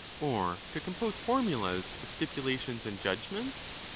or to compose formulas of stipulations and judgments?